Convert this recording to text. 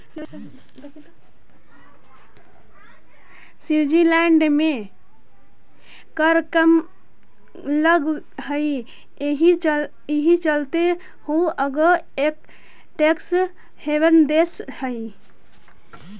Switzerland में कर कम लग हई एहि चलते उ एगो टैक्स हेवन देश हई